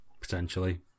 potentially